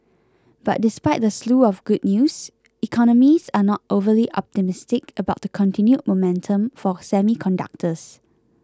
but despite the slew of good news economists are not overly optimistic about the continued momentum for semiconductors